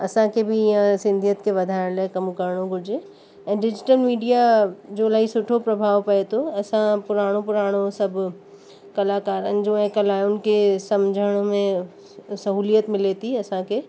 असांखे बि सिंधियत खे वधाइण लाइ कमु करिणो घुरिजे ऐं डिजिटल मीडीया जो इलाही सुठो प्रभाव पए थो असां पुराणो पुराणो सभु कलाकारनि जो ऐं कलाउनि खे सम्झण में सहुलियत मिले थी असांखे